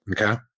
Okay